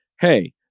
hey